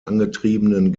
angetriebenen